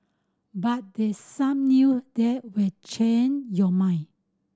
but there some new that will change your mind